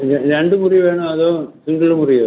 പിന്നെ രണ്ട് മുറി വേണോ അതോ സിംഗിള് മുറിയോ